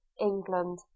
England